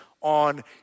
on